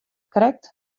krekt